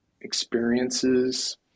experiences